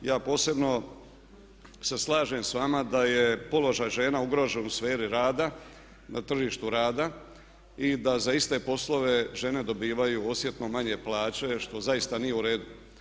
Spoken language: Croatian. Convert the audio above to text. Ja posebno se slažem s vama da je položaj žena ugrožen u sferi rada, na tržištu rada i da za iste poslove žene dobivaju osjetno manje plaće što zaista nije u redu.